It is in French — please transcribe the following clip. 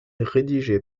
rédigé